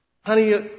Honey